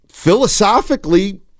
Philosophically